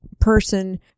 person